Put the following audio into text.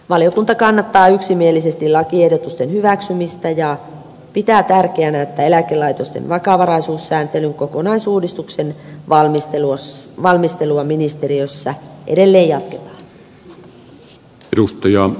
valiokunta kannattaa yksimielisesti lakiehdotusten hyväksymistä ja pitää tärkeänä että eläkelaitosten vakavaraisuussääntelyn kokonaisuudistuksen valmistelua ministeriössä edelleen jatketaan